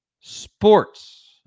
Sports